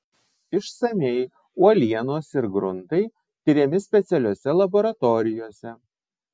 išsamiai uolienos ir gruntai tiriami specialiose laboratorijose